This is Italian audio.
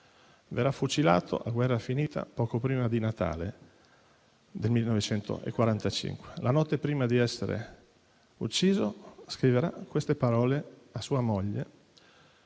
Verrà fucilato a guerra finita, poco prima del Natale 1945. La notte prima di essere ucciso, scriverà le seguenti parole a sua moglie